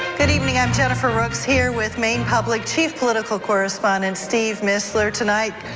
good evening, i'm jennifer rooks here with maine public chief political correspondent steve mistler tonight,